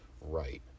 right